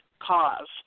cause